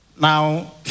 Now